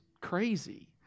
crazy